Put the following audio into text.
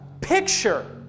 picture